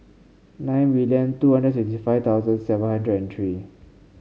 nine million two hundred and sixty five thousand seven hundred and three